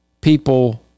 people